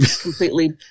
completely